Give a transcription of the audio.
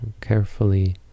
Carefully